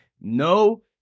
no